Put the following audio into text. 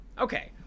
Okay